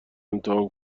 امتحان